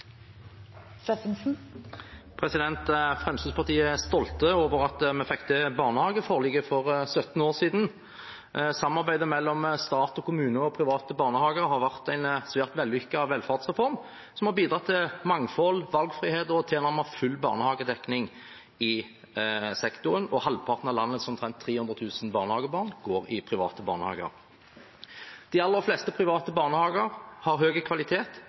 Fremskrittspartiet er stolt over at vi fikk til barnehageforliket for 17 år siden. Samarbeidet mellom stat, kommuner og private barnehager har vært en svært vellykket velferdsreform, som har bidratt til mangfold, valgfrihet og tilnærmet full barnehagedekning i sektoren. Halvparten av landets omtrent 300 000 barnehagebarn går i private barnehager. De aller fleste private barnehager har høy kvalitet